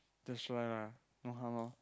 that's why lah no harm lor